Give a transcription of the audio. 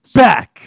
back